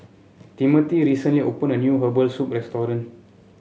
Timmothy recently opened a new Herbal Soup restaurant